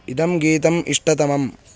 इदं गीतम् इष्टतमम्